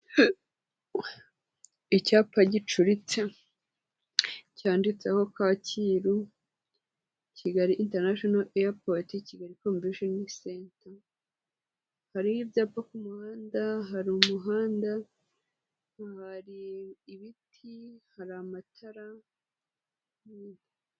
Icyapa gicuritse cyanditseho Kacyiru, Kigali international airport, Kigali convention center, hari ibyapa ku muhanda, hari umuhanda, hari ibiti, hari amatara.